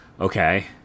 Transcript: okay